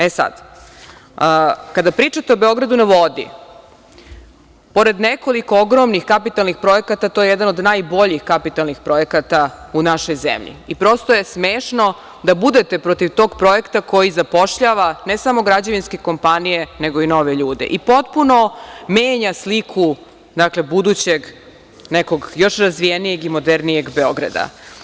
E, sad, kada pričate o „Beogradu na vodi“, pored nekoliko ogromnih, kapitalnih projekata to je jedna od najboljih kapitalnih projekata u našoj zemlji i prosto je smešno da budete protiv tog projekta koji zapošljava ne samo građevinske kompanije nego i nove ljude i potpuno menja sliku dakle, budućeg nekog još razvijenijeg i modernijeg Beograda.